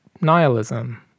nihilism